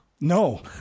No